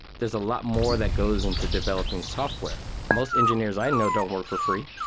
there's a lot more that goes into developing software. most engineers i know don't work for free.